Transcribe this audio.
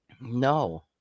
No